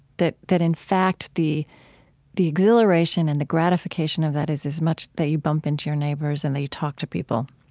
that that in fact the the exhilaration and the gratification of that is as much that you bump into your neighbors and that you talk to people.